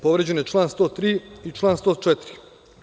Povređen je član 103. i član 104.